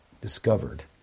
discovered